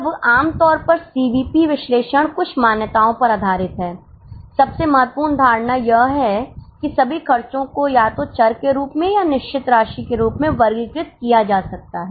अब आम तौर पर सीवीपी विश्लेषण कुछ मान्यताओं पर आधारित है सबसे महत्वपूर्ण धारणा यह है कि सभी खर्चों को या तो चर के रूप में या निश्चित रूप में वर्गीकृत किया जा सकता है